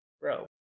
bro